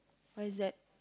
what is that